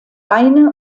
beine